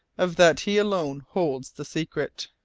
of that he alone holds the secret.